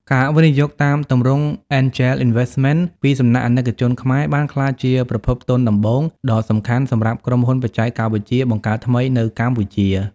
ការវិនិយោគតាមទម្រង់ Angel Investment ពីសំណាក់អាណិកជនខ្មែរ បានក្លាយជាប្រភពទុនដំបូងដ៏សំខាន់សម្រាប់ក្រុមហ៊ុនបច្ចេកវិទ្យាបង្កើតថ្មី នៅកម្ពុជា។